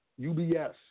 ubs